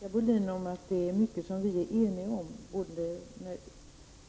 Herr talman! Jag vill gärna hålla med Sinikka Bohlin om att det är mycket som vi är eniga om när det